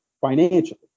financially